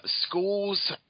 Schools